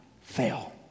fail